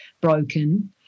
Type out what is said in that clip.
broken